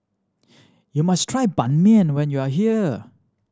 you must try Ban Mian when you are here